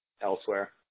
elsewhere